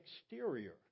exterior